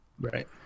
right